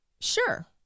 Sure